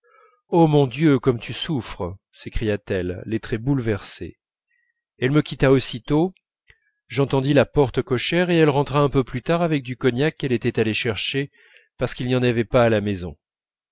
oh mon dieu comme tu souffres s'écria-t-elle les traits bouleversés elle me quitta aussitôt j'entendis la porte cochère et elle rentra un peu plus tard avec du cognac qu'elle était allée acheter parce qu'il n'y en avait pas à la maison